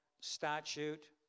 statute